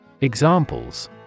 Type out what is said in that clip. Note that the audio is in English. Examples